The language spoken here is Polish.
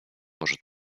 może